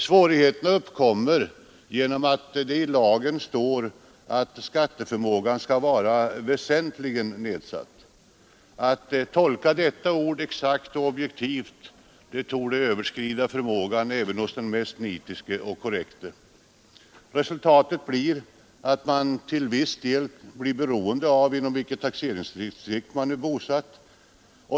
Svårigheterna uppkommer genom att det i lagen står att skatteförmågan skall vara ”väsentligen” nedsatt. Att tolka detta ord exakt och objektivt torde överskrida förmågan även hos den mest nitiske och korrekte. Resultatet blir till viss del beroende av inom vilket taxeringsdistrikt man är bosatt.